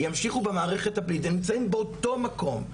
ימשיכו במערכת באותו מקום.